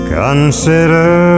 consider